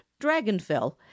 Dragonfell